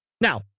Now